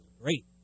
great